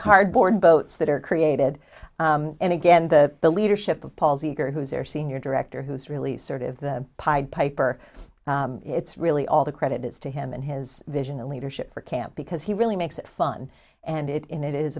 cardboard boats that are created and again the leadership of paul's eagar who is their senior director who's really sort of the pied piper it's really all the credit is to him and his vision and leadership for camp because he really makes it fun and it in i